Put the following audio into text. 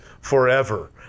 forever